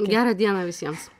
gera diena visiems